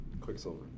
Quicksilver